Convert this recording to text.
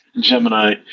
Gemini